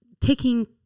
Taking